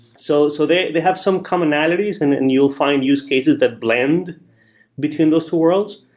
so so they they have some commonalities and and you'll find use cases that blend between those two worlds,